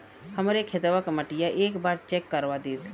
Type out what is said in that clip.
हमरे खेतवा क मटीया एक बार चेक करवा देत?